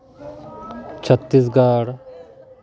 ᱪᱷᱚᱛᱨᱤᱥ ᱜᱚᱲ